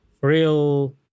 real